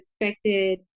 expected